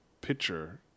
picture